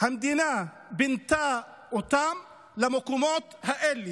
המדינה פינתה אותם למקומות האלה.